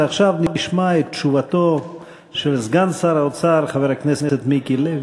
ועכשיו נשמע את תשובתו של סגן שר האוצר חבר הכנסת מיקי לוי.